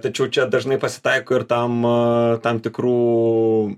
tačiau čia dažnai pasitaiko ir tam tam tikrų